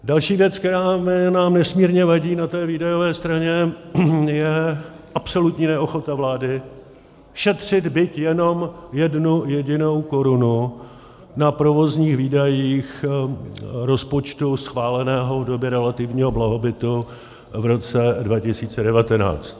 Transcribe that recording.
Další věc, která nám nesmírně vadí na té výdajové straně, je absolutní neochota vláda šetřit byť jenom jednu jedinou korunu na provozních výdajích rozpočtu schváleného v době relativního blahobytu v roce 2019.